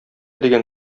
дигән